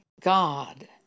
God